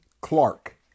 Clark